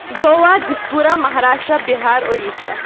Goa Dispur Maharashtra Bihar Odisha